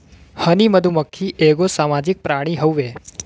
हनी मधुमक्खी एगो सामाजिक प्राणी हउवे